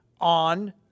on